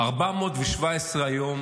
417 יום